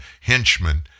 henchmen